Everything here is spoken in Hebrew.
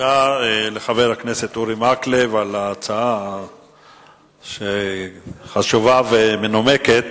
תודה לחבר הכנסת אורי מקלב על ההצעה החשובה והמנומקת.